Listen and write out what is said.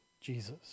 Jesus